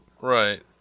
Right